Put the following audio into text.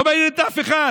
לא מעניין את אף אחד.